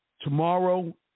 tomorrow